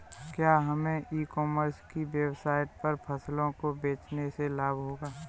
क्या हमें e commerce की वेबसाइट पर फसलों को बेचने से लाभ होगा?